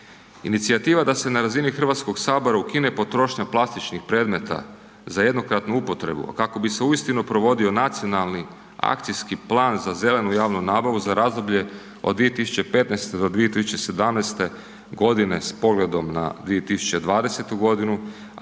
Inicijativa da se na razini HS ukine potrošnja plastičnih predmeta za jednokratnu upotrebu, a kako bi se uistinu provodio Nacionalni akcijski plan za zelenu javnu nabavu za razdoblje od 2015. do 2017.g. s pogledom na 2020.g.,